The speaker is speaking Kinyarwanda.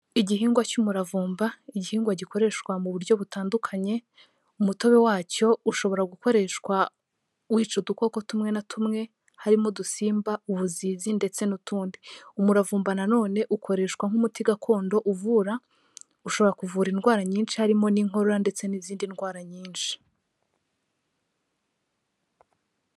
Igihingwa cy'umuravumba, igihingwa gikoreshwa mu buryo butandukanye, umutobe wacyo ushobora gukoreshwa wica udukoko tumwe na tumwe, harimo udusimba, ubuzizi ndetse n'utundi, umuravumba nanone ukoreshwa nk'umuti gakondo uvura, ushobora kuvura indwara nyinshi harimo n'inkoro ndetse n'izindi ndwara nyinshi.